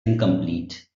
incomplete